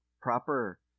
proper